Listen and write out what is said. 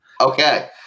Okay